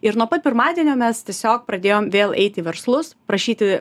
ir nuo pat pirmadienio mes tiesiog pradėjom vėl eit į verslus prašyti